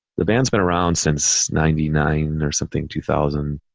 the band's been around since ninety nine or something, two thousand.